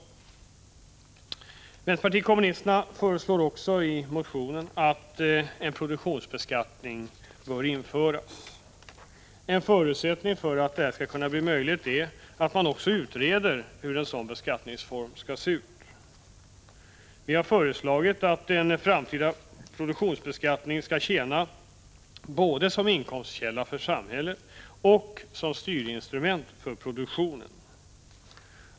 143 Vänsterpartiet kommunisterna föreslår också i en motion att en produktionsbeskattning skall införas. En förutsättning för att detta skall kunna bli möjligt är att också frågan om en sådan beskattningsform utreds. Vi har föreslagit att en framtida produktionsbeskattning skall tjäna både som inkomstkälla för samhället och som styrinstrument för produktionen.